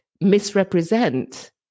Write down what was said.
misrepresent